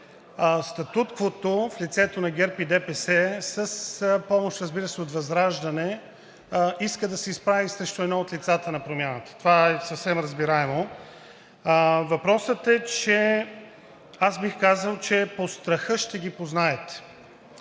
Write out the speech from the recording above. статуквото в лицето на ГЕРБ и ДПС, с помощ, разбира се, от ВЪЗРАЖДАНЕ, иска да се изправи срещу едно от лицата на Промяната. Това е съвсем разбираемо. Въпросът е, че бих казал, че по страха ще ги познаете.